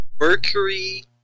mercury